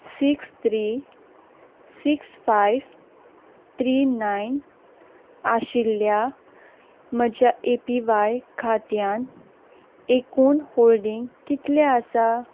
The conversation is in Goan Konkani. six three six five three nine आशिल्ल्या म्हज्या ए पी व्हाय खात्यांत एकूण होल्डींग कितलें आसा